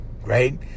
right